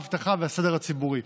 האבטחה והסדר הציבורי.